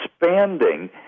expanding